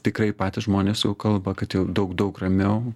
tikrai patys žmonės jau kalba kad jau daug daug ramiau